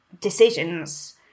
decisions